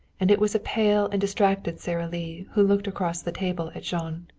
and it was a pale and distracted sara lee who looked across the table at jean.